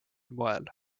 moel